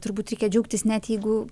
turbūt reikia džiaugtis net jeigu